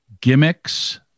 Gimmicks